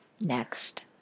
next